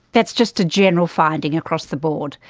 that's just a general finding across the board,